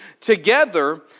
together